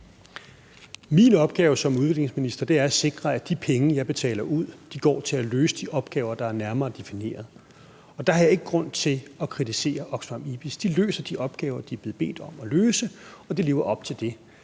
Min opgave som udviklingsminister er at sikre, at de penge, jeg betaler ud, går til at løse de opgaver, der er nærmere defineret. Og der har jeg ikke grund til at kritisere Oxfam IBIS. De løser de opgaver, de er blevet bedt om at løse, og det lever de op til.